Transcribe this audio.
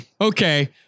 Okay